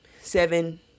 seven